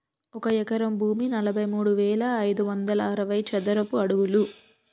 ఒక ఎకరం భూమి నలభై మూడు వేల ఐదు వందల అరవై చదరపు అడుగులు